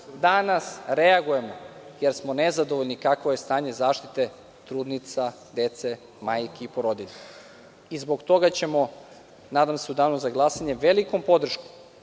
Danas reagujemo jer smo nezadovoljni kakvo je stanje zdravstvene zaštite trudnica, dece, majki i porodilja. Zbog toga ćemo nadam se u danu za glasanje velikom podrškom